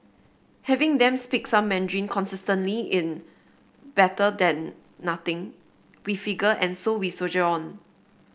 having them speak some Mandarin consistently in better than nothing we figure and so we soldier on